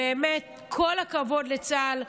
באמת, כל הכבוד לצה"ל,